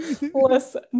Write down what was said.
listen